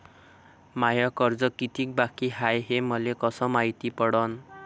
माय कर्ज कितीक बाकी हाय, हे मले कस मायती पडन?